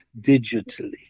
digitally